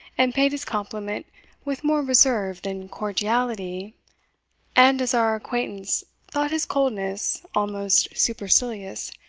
and paid his compliment with more reserve than cordiality and as our acquaintance thought his coldness almost supercilious,